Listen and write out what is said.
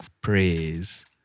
praise